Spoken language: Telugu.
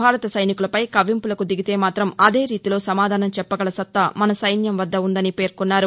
భారత సైనికులపై కవ్వింపులకు దిగితే మాత్రం అదే రీతిలో సమాధానం చెప్పగల సత్తా మన సైన్యం వద్ద ఉందని పేర్కొన్నారు